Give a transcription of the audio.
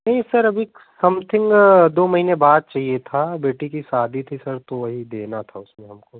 नहीं सर अभी समथिंग दो महीने बाद चाहिए था बेटी की शादी थी सर तो वही देना था उसमें हमको